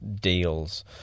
deals